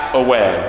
away